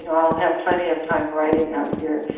and i'll have plenty of time writing out here,